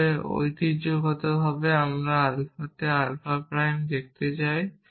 তবে এটি ঐতিহ্যগতভাবে আমরা আলফাতে আলফা প্রাইম দেখতে পাই